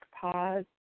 pause